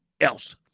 else